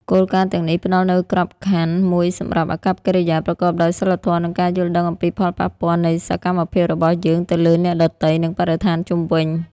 គោលការណ៍ទាំងនេះផ្ដល់នូវក្របខណ្ឌមួយសម្រាប់អាកប្បកិរិយាប្រកបដោយសីលធម៌ និងការយល់ដឹងអំពីផលប៉ះពាល់នៃសកម្មភាពរបស់យើងទៅលើអ្នកដទៃ និងបរិស្ថានជុំវិញ។